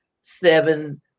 seven